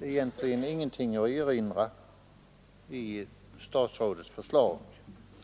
egentligen inte har något att erinra mot statsrådets förslag.